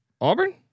Auburn